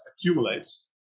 accumulates